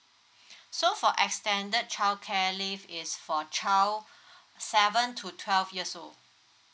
so for extended childcare leave is for child seven to twelve years old